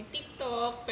TikTok